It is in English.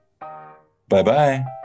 Bye-bye